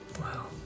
Wow